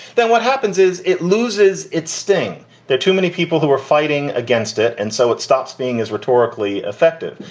then what happens is it loses its sting that too many people who are fighting against it. and so it stops being as rhetorically effective.